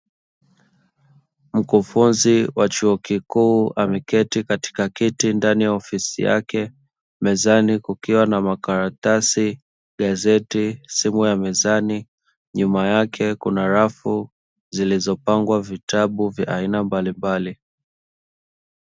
Mkufunzi wa chuo kikuu ameketi katika kiti ndani ya ofisi yake mezani kukiwa na makaratasi, gazeti, simu ya mezani, nyuma yake kuna rafu zilizopangwa vitabu vya aina mbalimbali.